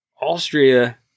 Austria